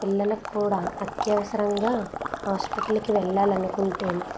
పిల్లలకి కూడా అత్యవసరంగా హాస్పిటల్కి వెళ్ళాలని అనుకుంటే